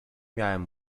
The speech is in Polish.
miałem